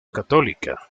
católica